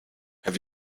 have